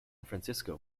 francisco